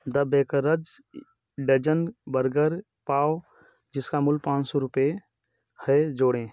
the baker's dozen burger pav जिसका मूल्य पाँच रूपये है जोड़ें